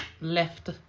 left